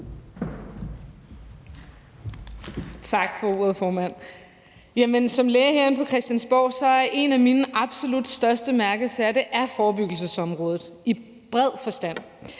Tak for ordet, formand. Som læge herinde på Christiansborg er en af mine absolut største mærkesager forebyggelsesområdet i bred forstand.